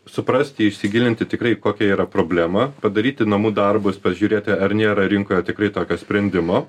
suprasti įsigilinti tikrai kokia yra problema padaryti namų darbus pažiūrėti ar nėra rinkoje tikrai tokio sprendimo